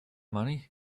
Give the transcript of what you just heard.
money